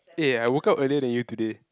eh I woke up earlier than you today